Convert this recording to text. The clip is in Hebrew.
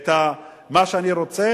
את מה שאני רוצה